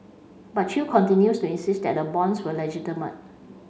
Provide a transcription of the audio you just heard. but chew continues to insist that the bonds were legitimate